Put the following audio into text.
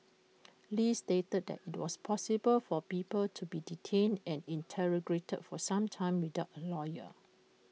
li stated that IT was possible for people to be detained and interrogated for some time without A lawyer